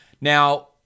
Now